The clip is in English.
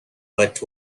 but